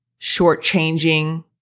shortchanging